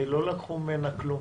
ולא לקחו ממנה כלום.